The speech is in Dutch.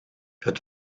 het